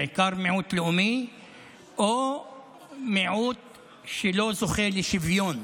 בעיקר מיעוט לאומי או מיעוט שלא זוכה לשוויון.